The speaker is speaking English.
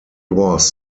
was